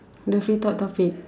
the free talk topic